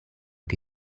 che